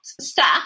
staff